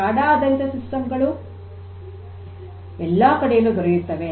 SCADA ಆಧಾರಿತ systems ಗಳು ಎಲ್ಲಾ ಕಡೆಯಲ್ಲಿ ದೊರೆಯುತ್ತವೆ